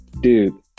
dude